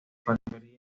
factoría